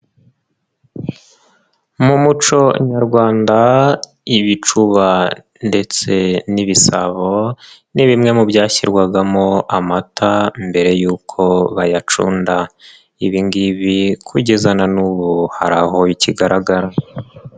Mu muco nyarwanda ibicuba ndetse n'ibisabo ni bimwe mu byashyirwagamo amata mbere y'uko bayacunda, ibi ngibi kugeza na n'ubu hari aho bikigaragara.